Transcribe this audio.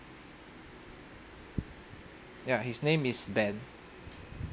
ya his name is ben